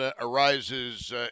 arises